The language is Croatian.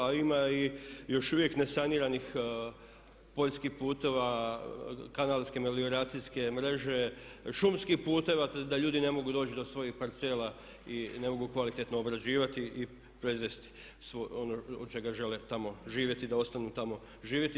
A ima i još uvijek nesaniranih poljskih putova, kanalske-melioracijske mreže, šumskih puteva te da ljudi ne mogu doći do svojih parcela i ne mogu kvalitetno obrađivati i proizvesti ono od čega žele tamo živjeti da ostanu tamo živjeti.